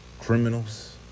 Criminals